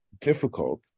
difficult